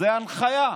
זו הנחיה,